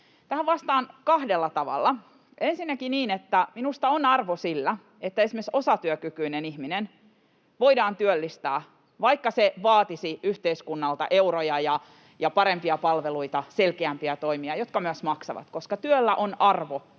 Tähän vastaan kahdella tavalla: Ensinnäkin minusta on arvo sillä, että esimerkiksi osatyökykyinen ihminen voidaan työllistää, vaikka se vaatisi yhteiskunnalta euroja ja parempia palveluita ja selkeämpiä toimia, jotka myös maksavat, koska työllä on arvo itsessään